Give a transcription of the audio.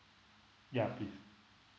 ya please